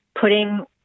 putting